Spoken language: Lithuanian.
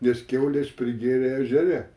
nes kiaulės prigėrė ežere